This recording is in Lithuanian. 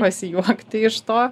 pasijuokti iš to